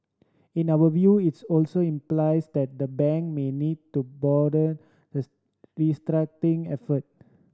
in our view it also implies that the bank may need to broaden the restructuring effort